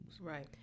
Right